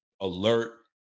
alert